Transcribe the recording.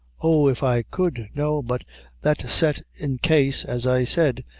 oh, if i could no, but that set in case, as i said,